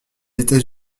états